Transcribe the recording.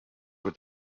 were